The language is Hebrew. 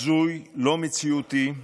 זה הזוי, לא מציאותי,